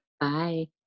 Bye